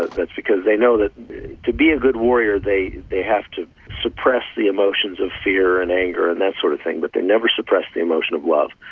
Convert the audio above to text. that's because they know that to be a good warrior they they have to suppress the emotions of fear and anger and that sort of thing, but they never suppress the emotion of love,